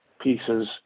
pieces